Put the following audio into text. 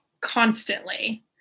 constantly